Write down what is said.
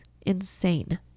insane